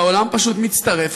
והעולם פשוט מצטרף.